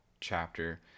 chapter